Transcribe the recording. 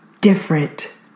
different